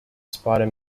spider